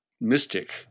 mystic